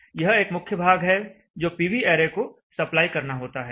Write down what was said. यह एक मुख्य भाग है जो पीवी ऐरे को सप्लाई करना होता है